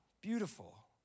beautiful